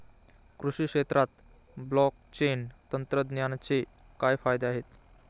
कृषी क्षेत्रात ब्लॉकचेन तंत्रज्ञानाचे काय फायदे आहेत?